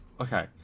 Okay